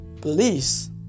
please